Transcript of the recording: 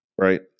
right